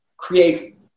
create